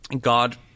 God